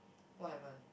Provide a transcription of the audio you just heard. what happen